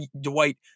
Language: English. Dwight